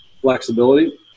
Flexibility